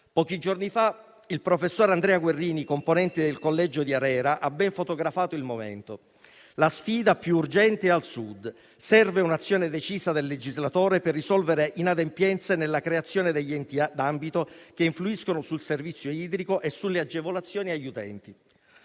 Pochi giorni fa il professore Andrea Guerrini, componente del collegio di ARERA, ha ben fotografato il momento. La sfida più urgente è al Sud: serve un'azione decisa del legislatore per risolvere inadempienze nella creazione degli enti d'ambito che influiscono sul servizio idrico e sulle agevolazioni agli utenti.